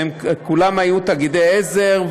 והן כולן היו תאגידי עזר,